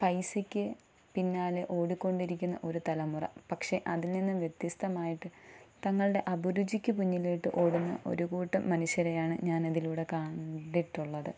പൈസയ്ക്ക് പിന്നാലെ ഓടിക്കൊണ്ടിരിക്കുന്ന ഒരു തലമുറ പക്ഷേ അതിൽ നിന്നും വ്യത്യസ്തമായിട്ട് തങ്ങളുടെ അഭിരുചിക്ക് മുന്നിലിട്ടു ഓടുന്ന ഒരു കൂട്ടം മനുഷ്യരെയാണ് ഞാൻ ഇതിലൂടെ കണ്ടിട്ടുള്ളത്